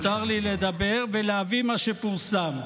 מותר לי לדבר ולהביא מה שפורסם.